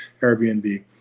Airbnb